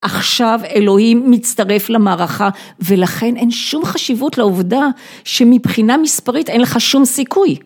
עכשיו אלוהים מצטרף למערכה ולכן אין שום חשיבות לעובדה שמבחינה מספרית אין לך שום סיכוי.